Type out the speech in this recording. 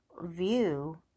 view